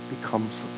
becomes